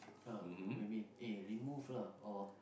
ah maybe eh remove lah or